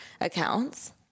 accounts